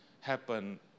happen